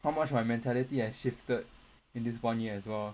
how much my mentality has shifted in this one year as well